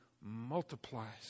multiplies